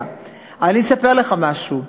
אני אספר לך משהו: